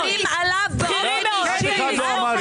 לא מדברים עליו באופן אישי.